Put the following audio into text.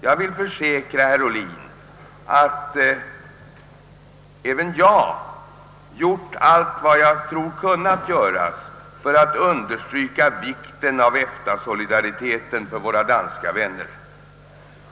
Jag vill försäkra herr Ohlin att även jag gjort allt vad jag tror kunnat göras för att för våra danska vänner understryka vikten av EFTA-solidariteten.